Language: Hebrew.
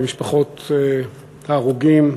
למשפחות ההרוגים,